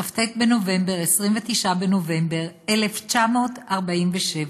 בכ"ט בנובמבר, 29 בנובמבר 1947,